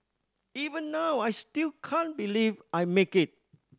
even now I still can't believe I make it